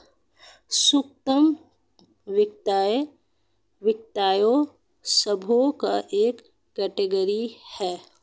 सूक्ष्म वित्त, वित्तीय सेवाओं का एक कैटेगरी है